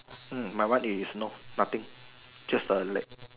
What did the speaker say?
hmm my one is no nothing just the leg